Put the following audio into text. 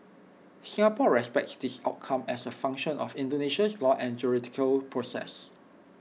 Singapore respects this outcome as A function of Indonesia's laws and judicial process